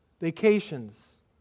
vacations